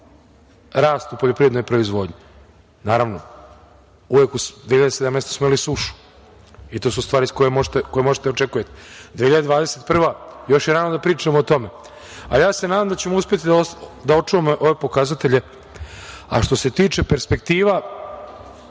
rast u poljoprivrednoj proizvodnji. Naravno, u 2017. godini smo imali sušu i to su stvari koje možete da očekujete. Godina 2021, još je rano da pričamo o tome, ali ja se nadam da ćemo uspeti da očuvamo ove pokazatelje. Što se tiče perspektiva,